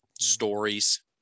stories